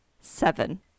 seven